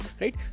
right